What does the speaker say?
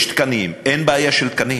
יש תקנים, אין בעיה של תקנים.